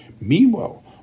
Meanwhile